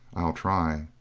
i'll try.